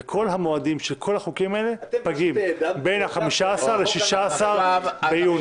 וכל המועדים של כל החוקים האלה פגים בין ה-15 ל-16 ביוני.